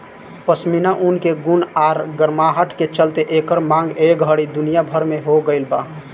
पश्मीना ऊन के गुण आ गरमाहट के चलते एकर मांग ए घड़ी दुनिया भर में हो गइल बा